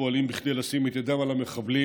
פועלים כדי לשים את ידם על המחבלים,